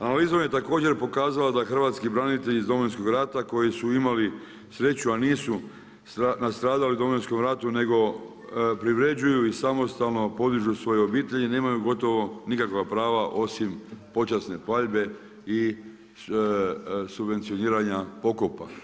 Analiza je također pokazala da hrvatski branitelji iz Domovinskog rata koji su imali sreću a nisu nastradali u Domovinskom ratu nego privređuju i samostalno podižu svoje obitelji, da imaju gotovo nikakva prava osim počasne paljbe i subvencioniranja pokopa.